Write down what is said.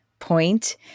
point